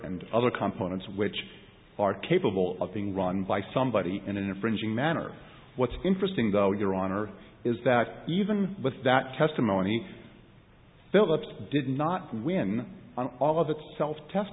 and other components which are capable of being run by somebody in an infringing manner what's interesting though your honor is that even with that testimony phillips did not win all of its self test